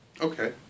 Okay